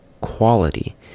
quality